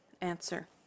answer